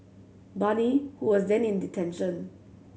Bani who was then in detention